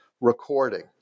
recording